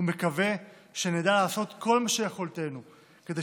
ומקווה שנדע לעשות כל שביכולתנו כדי